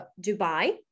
Dubai